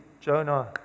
Jonah